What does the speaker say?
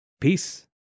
Peace